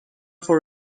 for